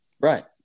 Right